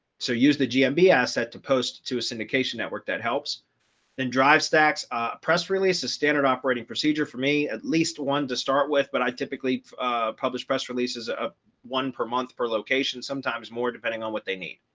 so use the gmb asset to post to a syndication network that helps then drive stacks press release a standard operating procedure for me at least one to start with, but i typically publish press releases of one per month per location, sometimes more depending on what they need.